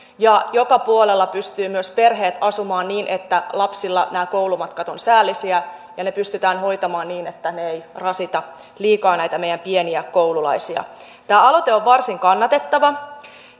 ja joka puolella pystyvät myös perheet asumaan niin että lapsilla nämä koulumatkat ovat säällisiä ja ne pystytään hoitamaan niin että ne eivät rasita liikaa näitä meidän pieniä koululaisiamme tämä aloite on varsin kannatettava